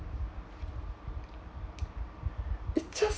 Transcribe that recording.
it just